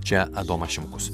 čia adomas šimkus